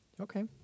okay